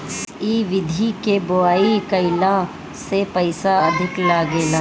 ए विधि के बोआई कईला में पईसा अधिका लागेला